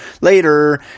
later